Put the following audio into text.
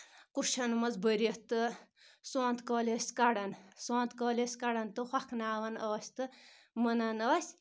کُشن منٛز بٔرِتھ تہٕ سونتھ کٲلۍ ٲسۍ کَڑان سونتھ کٲلۍ ٲسۍ کَڑان تہٕ ہۄکھناوان ٲسۍ تہٕ مُنان ٲسۍ